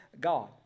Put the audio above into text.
God